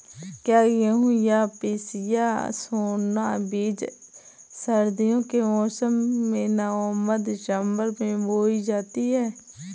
क्या गेहूँ या पिसिया सोना बीज सर्दियों के मौसम में नवम्बर दिसम्बर में बोई जाती है?